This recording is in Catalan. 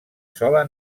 sola